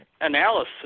analysis